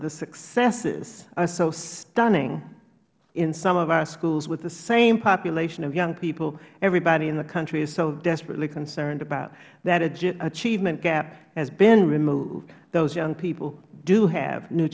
the successes are so stunning in some of our schools with the same population of young people everybody in the country is so desperately concerned about that achievement gap has been removed those young people do have new